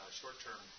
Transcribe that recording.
short-term